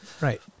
right